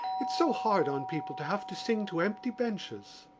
it's so hard on people to have to sing to empty benches.